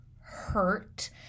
hurt